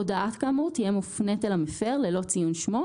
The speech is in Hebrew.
הודעה כאמור תהיה מופנית אל המפר ללא ציון שמו,